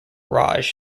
raj